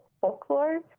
folklore